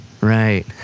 Right